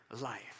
life